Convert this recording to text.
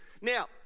now